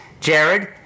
Jared